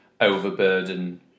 overburden